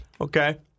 Okay